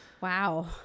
Wow